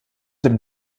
dem